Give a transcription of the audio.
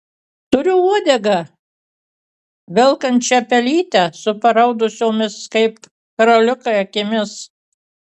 turiu uodegą velkančią pelytę su paraudusiomis kaip karoliukai akimis